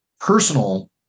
personal